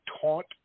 taunt